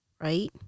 right